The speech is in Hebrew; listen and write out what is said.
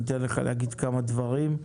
יאמר כמה דברים,